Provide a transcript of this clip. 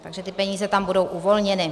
Takže ty peníze tam budou uvolněny.